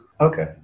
Okay